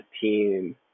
team